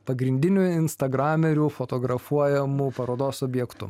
pagrindini instagramerių fotografuojamu parodos objektu